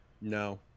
No